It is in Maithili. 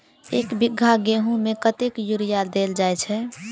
एक बीघा गेंहूँ मे कतेक यूरिया देल जाय छै?